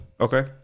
Okay